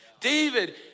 David